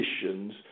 positions